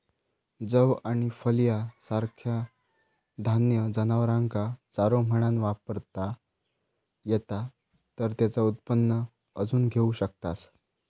जौ आणि फलिया सारखा धान्य जनावरांका चारो म्हणान वापरता येता तर तेचा उत्पन्न अजून घेऊ शकतास